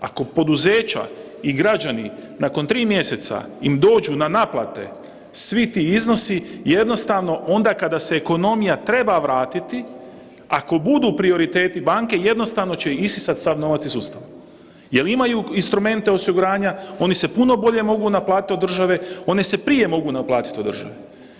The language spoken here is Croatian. Ako poduzeća i građani nakon tri mjeseca im dođu na naplate svi ti iznosi, jednostavno onda kada se ekonomija treba vratiti ako budu prioriteti banke jednostavno će isisat sav novac iz sustava jel imaju instrumente osiguranja, oni se puno bolje mogu naplatiti od države, oni se mogu prije naplatit od države.